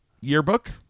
Yearbook